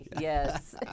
yes